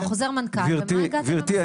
גברתי,